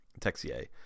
Texier